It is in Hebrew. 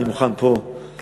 אני מוכן פה לסייע לך.